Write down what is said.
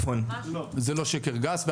זה לא שקר גס.